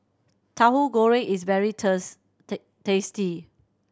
Tahu Goreng is very tasty